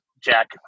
Jack